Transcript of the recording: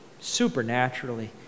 supernaturally